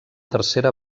tercera